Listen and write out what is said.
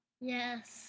Yes